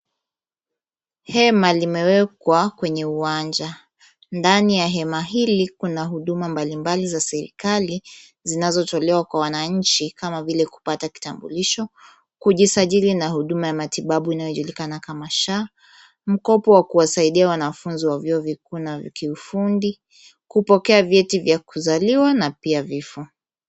Hema limewekwa kwenye uwanja. Ndani ya hema hili kuna huduma mbalimbali za serikali zinazotolewa kwa wananchi kama vile kupata kitambulisho, kujisajili na huduma ya matibabu inayojulikana kama SHA, mkopo wa kuwasaidia wanafunzi wa vyuo vikuu na vya kiufundi, kupokea vyeti vya kuzaliwa na pia vifo.